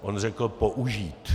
On řekl použít.